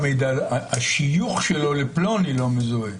השיוך שלו לפלוני לא מזוהה.